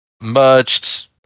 merged